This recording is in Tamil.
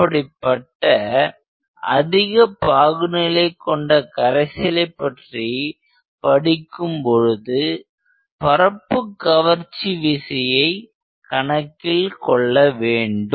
அப்படிப்பட்ட அதிக பாகு நிலை கொண்ட கரைசலை பற்றி படிக்கும் பொழுது பரப்பு கவர்ச்சி விசையை கணக்கில் கொள்ள வேண்டும்